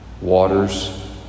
waters